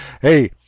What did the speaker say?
Hey